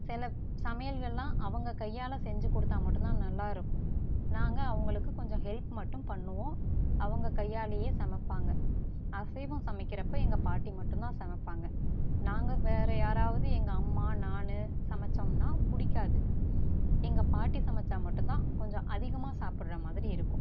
சில சமையல்கள்லாம் அவங்க கையால் செஞ்சு கொடுத்தால் மட்டும்தான் நல்லா இருக்கும் நாங்கள் அவங்களுக்கு கொஞ்சம் ஹெல்ப் மட்டும் பண்ணுவோம் அவுங்க கையாலயே சமைப்பாங்க அசைவம் சமைக்கிறப்போ எங்கள் பாட்டி மட்டும்தான் சமைப்பாங்க நாங்கள் வேறு யாராவது எங்க அம்மா நான் சமைத்தம்னா பிடிக்காது எங்கள் பாட்டி சமைத்தா மட்டும்தான் கொஞ்சம் அதிகமாக சாப்பிடற மாதிரி இருக்கும்